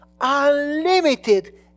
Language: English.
Unlimited